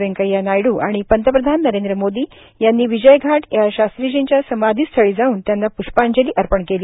व्येंकय्या नायडू आणि पंतप्रधान नरेंद्र मोदी यांनी विजयघाट या शास्त्रीजींच्या समाधी स्थळी जाऊन त्यांना पुष्पाजली अर्पण केली